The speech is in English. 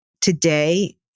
today